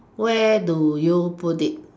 where do you put it